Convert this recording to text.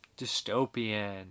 dystopian